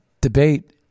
debate